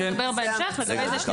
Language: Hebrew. אני רק רוצה לשאול.